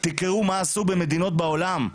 תקראו מה עשו במדינות בעולם,